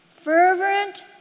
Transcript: fervent